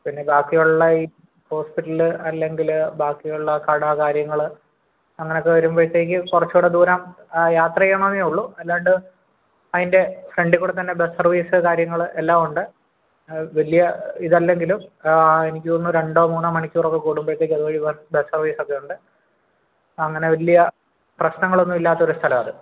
പിന്നെ ബാക്കി ഉള്ള ഈ ഹോസ്പിറ്റല് അല്ലെങ്കിൽ ബാക്കി ഉള്ള കട കാര്യങ്ങൾ അങ്ങനൊക്കെ വരുമ്പോഴത്തേക്കും കുറച്ചുകൂടെ ദൂരം യാത്ര ചെയ്യണമെന്നേ ഉള്ളൂ അല്ലാണ്ട് അതിൻ്റെ ഫ്രണ്ടീക്കൂടെത്തന്നെ ബസ് സർവ്വീസ് കാര്യങ്ങൾ എല്ലാം ഉണ്ട് വലിയ ഇതല്ലെങ്കിലും എനിക്കു തോന്നുന്നു രണ്ടോ മൂന്നോ മണിക്കൂറൊക്കെ കൂടുമ്പോഴത്തേക്കും ഏഴ് ബസ് സർവീസെക്കെ ഉണ്ട് അങ്ങനെ വലിയ പ്രശ്നങ്ങളൊന്നും ഇല്ലാത്ത ഒരു സ്ഥലവാണ് അത്